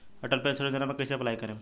Atal pension योजना मे कैसे अप्लाई करेम?